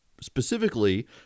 specifically